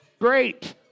Great